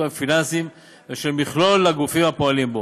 הפיננסיים ושל מכלול הגופים הפועלים בו,